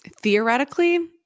theoretically